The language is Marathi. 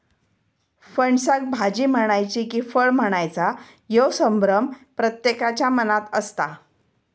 फणसाक भाजी म्हणायची कि फळ म्हणायचा ह्यो संभ्रम प्रत्येकाच्या मनात असता